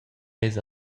eis